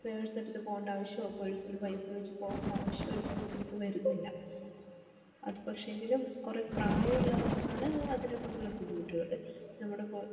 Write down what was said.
purse എടുത്ത് പോകണ്ട ആവശ്യമോ പേഴ്സിൽ പൈസ വെച്ചു പോകേണ്ട ആവശ്യമോ ഇപ്പോൾ നമുക്ക് വരുന്നില്ല അത് പക്ഷെയെങ്കിലും കുറേ പ്രായമുള്ളവർക്കാണ് അതിനെക്കൊണ്ടുള്ള ബുദ്ധിമുട്ടുകൾ നമ്മളിപ്പോൾ